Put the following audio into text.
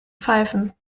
pfeifen